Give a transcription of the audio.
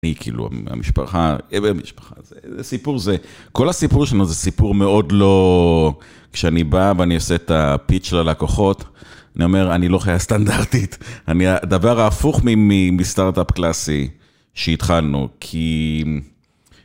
כל הסיפור שלנו זה סיפור מאוד לא כשאני בא ואני עושה את הפיץ של הלקוחות, אני אומר, אני לא חיה סטנדרטית, אני הדבר ההפוך מסטארט-אפ קלאסי שהתחלנו.